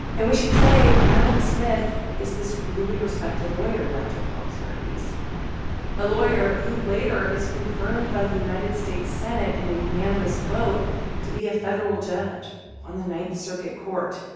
and we should say milan smith is this really respected lawyer in rancho palos verdes, a lawyer who later is confirmed by the united states senate in a unanimous vote to be a federal judge on the ninth circuit court.